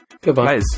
Goodbye